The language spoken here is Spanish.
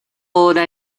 hora